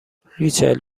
ریچل